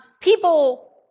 people